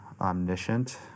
omniscient